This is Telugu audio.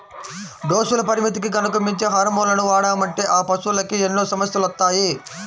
డోసుల పరిమితికి గనక మించి హార్మోన్లను వాడామంటే ఆ పశువులకి ఎన్నో సమస్యలొత్తాయి